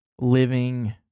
living